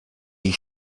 ich